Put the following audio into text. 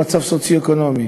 במצב סוציו-אקונומי